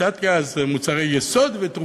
הצעתי אז מוצרי יסוד ותרופות.